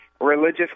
religious